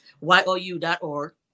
y-o-u.org